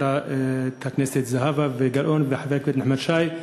חברת הכנסת זהבה גלאון וחבר הכנסת נחמן שי.